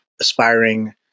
aspiring